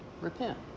Repent